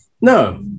No